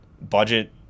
Budget